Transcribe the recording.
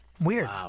Weird